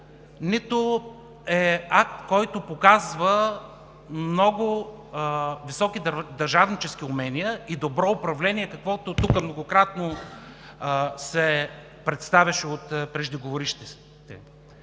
нито е акт, който показва много високи държавнически умения и добро управление, каквото тук многократно се представяше от преждеговорившите.